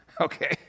Okay